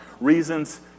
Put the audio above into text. reasons